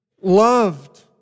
loved